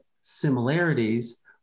similarities